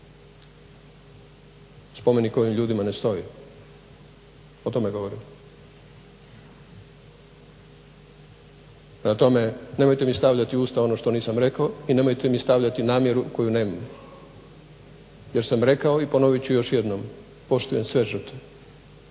spomenik ovim ljudima ne stoji. O tome govorim. Prema tome nemojte mi stavljati u usta ono što nisam rekao i nemojte mi stavljati namjeru koju nemam jer sam rekao i ponovit ću još jednom, poštujem sve žrtve